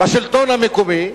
בשלטון המקומי,